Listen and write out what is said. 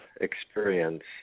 experience